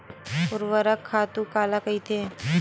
ऊर्वरक खातु काला कहिथे?